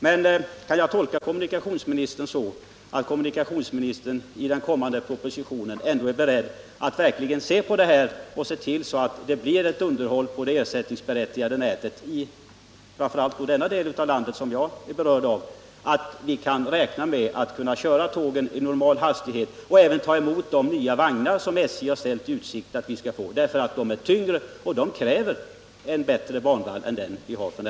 Men kan jag tolka kommunikationsministern så att kommunikationsministern i den kommande propositionen ändå är beredd att verkligen se till att det blir ett underhåll på det ersättningsberättigade nätet och att vi kan räkna med att tågen kan köras i normal hastighet och att vi även kan ta emot de nya vagnar som SJ ställer i utsikt att vi skall få, trots att de är tyngre och kräver en bättre banvall än den vi har f. n.?